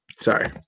sorry